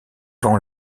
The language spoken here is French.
vend